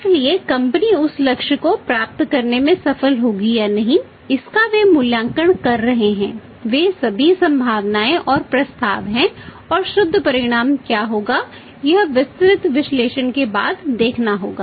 इसलिए कंपनी उस लक्ष्य को प्राप्त करने में सफल होगी या नहीं इसका वे मूल्यांकन कर रहे हैं ये सभी संभावनाएं और प्रस्ताव हैं और शुद्ध परिणाम क्या होगा यह विस्तृत विश्लेषण के बाद देखना होगा